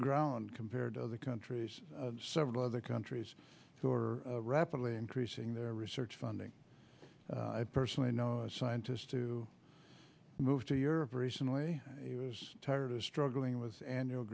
ground compared to other countries several other countries who are rapidly increasing their research funding i personally know scientists to move to europe recently he was tired of struggling with annual